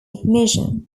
ignition